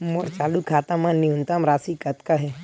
मोर चालू खाता मा न्यूनतम राशि कतना हे?